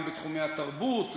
גם בתחומי התרבות,